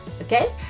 okay